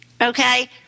okay